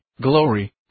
glory